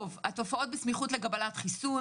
התופעות בסמיכות לקבלת חיסון.